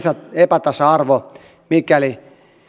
epätasa arvo mikäli